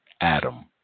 Adam